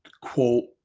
quote